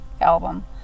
album